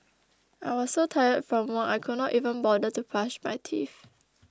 I was so tired from work I could not even bother to brush my teeth